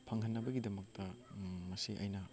ꯐꯪꯍꯟꯅꯕꯒꯤꯗꯃꯛꯇ ꯃꯁꯤ ꯑꯩꯅ